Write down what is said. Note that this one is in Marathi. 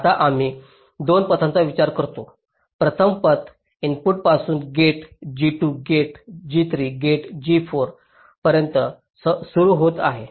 आता आम्ही 2 पथांचा विचार करतो प्रथम पथ इनपुटपासून gate G2 gate G3 gate G4 पर्यंत सुरू होत आहे